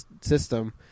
system